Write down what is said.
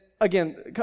again